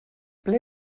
ble